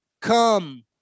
Come